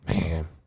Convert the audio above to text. Man